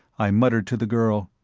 i muttered to the girl,